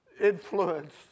influence